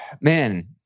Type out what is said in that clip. man